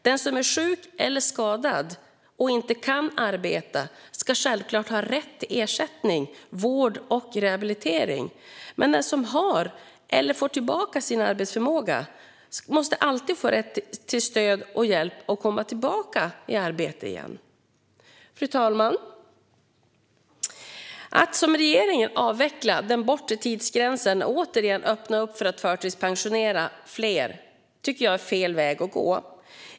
Den som är sjuk eller skadad och inte kan arbeta ska självklart ha rätt till ersättning, vård och rehabilitering. Men den som har eller får tillbaka sin arbetsförmåga måste alltid få rätt till stöd och hjälp att komma tillbaka i arbete igen. Fru talman! Att som regeringen avveckla den bortre tidsgränsen och återigen öppna för att förtidspensionera fler tycker jag är fel väg att gå.